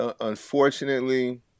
Unfortunately